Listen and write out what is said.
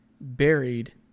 buried